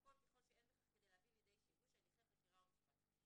והכול כשאין בכך להביא לכדי שיבוש הליכי חקירה ומשפט".